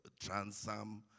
Transam